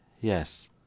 Yes